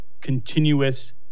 continuous